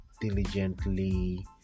diligently